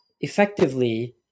Effectively